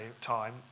time